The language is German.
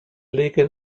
legen